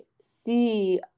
see